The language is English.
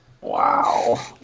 Wow